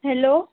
hello